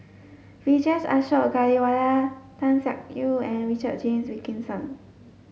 Vijesh Ashok Ghariwala Tan Siak Kew and Richard James Wilkinson